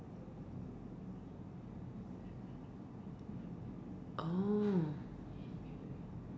oh